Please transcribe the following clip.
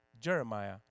Jeremiah